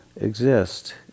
exist